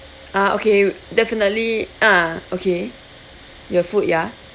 ah okay definitely ah okay your food ya